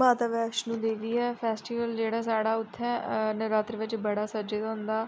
माता वैश्णो देवी ऐ फेस्टिवल जेह्ड़ा साढ़ा उत्थें नरात्रें बिच्च बड़ा सज्जे दा होंदा